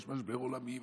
ויש משבר עולמי,